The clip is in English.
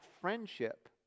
friendship